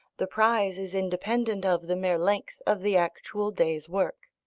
the prize is independent of the mere length of the actual day's work.